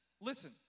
listen